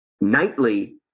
nightly